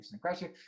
question